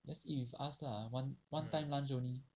let's eat with us lah one one time lunch only